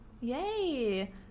Yay